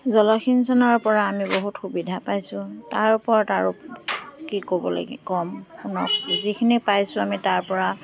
জলসিঞ্চনৰ পৰা আমি বহুত সুবিধা পাইছোঁ তাৰ ওপৰত আৰু কি ক'ব লাগে ক'ম আপোনাক যিখিনি পাইছোঁ আমি তাৰ পৰা